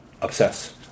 obsess